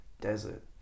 desert